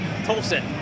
Tolson